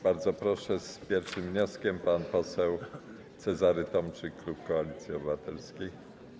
Bardzo proszę, z pierwszym wnioskiem pan poseł Cezary Tomczyk, klub Koalicji Obywatelskiej.